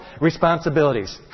responsibilities